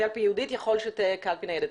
קלפי ייעודית יכול שתהא קלפי ניידת.